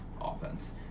offense